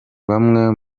bamwe